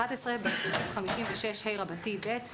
בסעיף 56ה(ב),